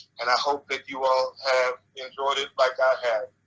and i hope that you all have enjoyed it like i had.